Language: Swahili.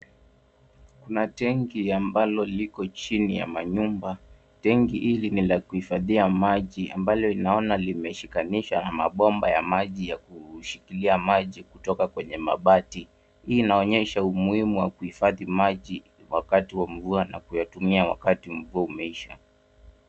Kuna tengi ambalo liko chini ya manyumba. Tengi hili ni la kuhifadhia maji ambalo tunaona limeshikanisha na mabomba ya maji ya kushikilia maji kutoka kwenye mabati. Hii inaonyesha umuhimu wa kuhifadhi maji wakati wa mvua na kuyatumia wakati mvua imeisha.